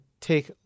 take